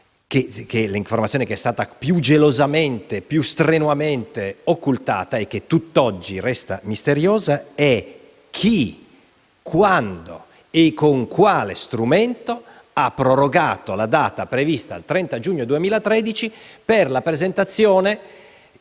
che ho presentato, che è stata più gelosamente e strenuamente occultata e che tutt'oggi resta misteriosa, è la seguente: chi, quando e con quale strumento ha prorogato la data, prevista al 30 giugno 2013, per la presentazione